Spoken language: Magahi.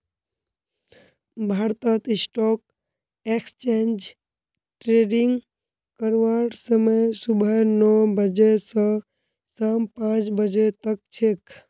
भारतत स्टॉक एक्सचेंज ट्रेडिंग करवार समय सुबह नौ बजे स शाम पांच बजे तक छेक